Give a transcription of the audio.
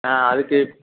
ஆ அதுக்கு